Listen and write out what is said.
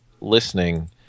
listening